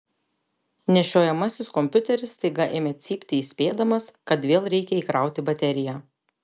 nešiojamasis kompiuteris staiga ėmė cypti įspėdamas kad vėl reikia įkrauti bateriją